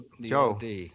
Joe